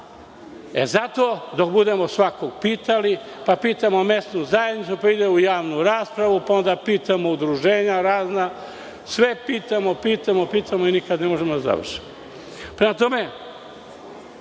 Zato dok budemo svakog pitali, pa pitamo mesnu zajednicu, pa ide u javnu raspravu, pa onda pitamo udruženja razna, sve pitamo, pitamo, pitamo i nikad ne možemo da završimo. Prema tome,